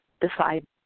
decide